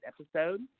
episode